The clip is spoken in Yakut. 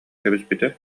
кэбиспитэ